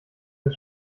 des